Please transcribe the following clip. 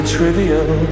trivial